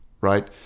right